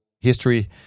history